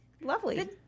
lovely